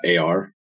AR